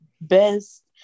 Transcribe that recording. best